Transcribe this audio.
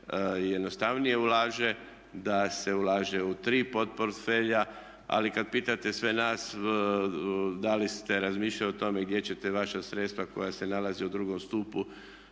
jednostavnije ulaže, da se ulaže u tri potportfelja. Ali kada pitate sve nas da li ste razmišljali o tome gdje ćete vaša sredstva koja se nalaze u II. stupu